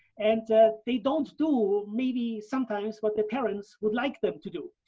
and they don't do, maybe sometimes, what their parents would like them to do.